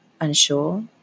unsure